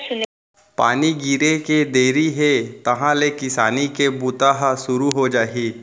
पानी गिरे के देरी हे तहॉं ले किसानी के बूता ह सुरू हो जाही